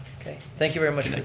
okay, thank you very much.